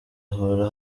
ahora